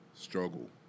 Struggle